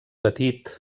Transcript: petit